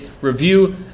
review